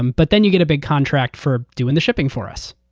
um but then you get a big contract for doing the shipping for us.